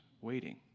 waiting